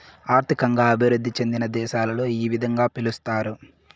ఆర్థికంగా అభివృద్ధి చెందిన దేశాలలో ఈ విధంగా పిలుస్తారు